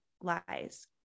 lies